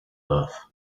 birth